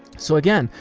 so again,